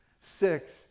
Six